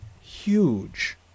huge